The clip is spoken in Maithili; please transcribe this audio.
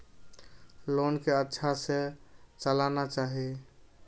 लोन के अच्छा से चलाना चाहि?